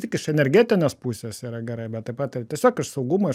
tik iš energetinės pusės yra gerai bet taip pat ir tiesiog iš saugumo iš